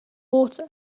water